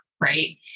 right